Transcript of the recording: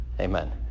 Amen